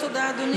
תודה, אדוני.